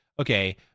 okay